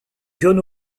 jaune